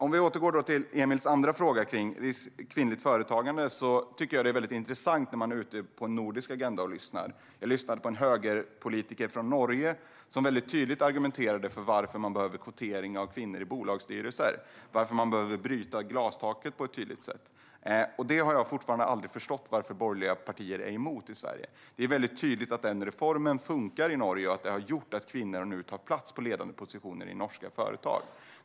Jag övergår till Emils andra fråga, den om kvinnligt företagande. Jag tycker att det är intressant när man är ute i Norden och lyssnar. Jag lyssnade på en högerpolitiker från Norge som väldigt tydligt argumenterade för varför man behöver kvotering av kvinnor till bolagsstyrelser och varför man på ett tydligt sätt behöver krossa glastaket. Jag har fortfarande aldrig förstått varför borgerliga partier i Sverige är emot detta. Det är tydligt att denna reform funkar i Norge och att det har gjort att kvinnor har tagit plats på ledande positioner i norska företag.